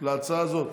להצעה הזאת.